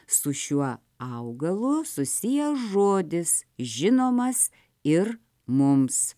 su šiuo augalu susijęs žodis žinomas ir mums